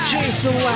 Jason